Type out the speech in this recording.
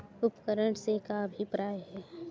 उपकरण से का अभिप्राय हे?